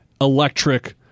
electric